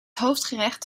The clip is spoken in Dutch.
hoofdgerecht